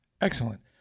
Excellent